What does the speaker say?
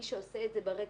מי שעושה את זה ברקע,